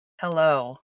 Hello